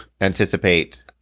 anticipate